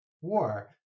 war